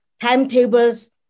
Timetables